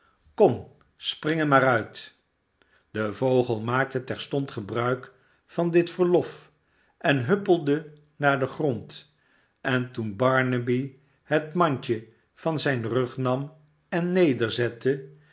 kom spring er maar uit de vogel maakte terstond gebruik van dit verlof en huppelde naar den grond en toen barnaby het mandje van zijn rug nam en